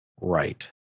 right